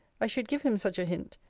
i should give him such a hint,